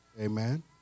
amen